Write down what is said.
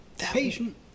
patient